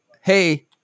Hey